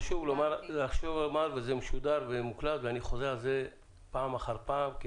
זה משודר ומוקלט ואני חוזר על זה פעם אחר פעם: